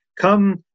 come